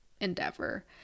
endeavor